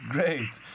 Great